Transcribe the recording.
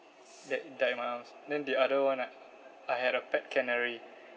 died died in my arms then the other one ah I had a pet canary